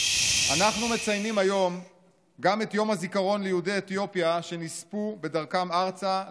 אנחנו מציינים היום גם את יום הזיכרון ליהודי אתיופיה שנספו בדרכם ארצה,